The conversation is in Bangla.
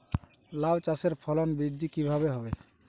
লাউ চাষের ফলন বৃদ্ধি কিভাবে হবে?